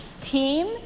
Team